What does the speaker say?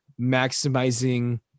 maximizing